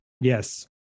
Yes